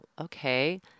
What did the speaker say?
okay